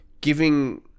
giving